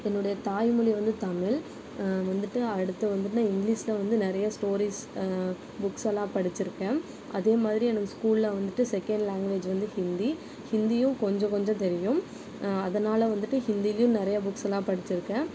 என்னுடைய தாய்மொழி வந்து தமிழ் வந்துட்டு அடுத்து வந்துட்டு இங்கிலீஷ்ல வந்து நிறைய ஸ்டோரீஸ் புக்ஸ் எல்லாம் படிச்சிருக்கேன் அதே மாதிரி எனக்கு ஸ்கூல்ல வந்துட்டு செகேண்ட் லேங்குவேஜ் வந்து ஹிந்தி ஹிந்தியும் கொஞ்சம் கொஞ்சம் தெரியும் அதனால் வந்துட்டு ஹிந்திலையும் நிறைய புக்ஸ்லாம் படிச்சிருக்கேன்